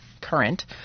current